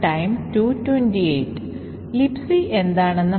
തുടർന്ന് സ്റ്റാക്ക് ഫ്രെയിമിന്റെ ഒരു മാറ്റമുണ്ടാകും